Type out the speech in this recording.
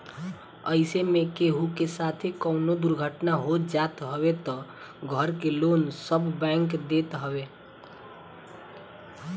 अइसे में केहू के साथे कवनो दुर्घटना हो जात हवे तअ घर के लोन सब बैंक देत हवे